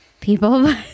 people